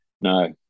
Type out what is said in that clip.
no